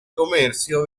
comercio